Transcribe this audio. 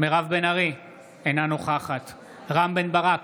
מירב בן ארי, אינה נוכחת רם בן ברק,